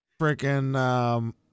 freaking